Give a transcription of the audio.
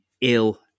ill